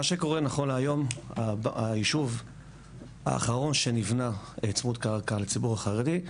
מה שקורה נכון להיום הישוב האחרון שנבנה צמוד קרקע לציבור החרדי,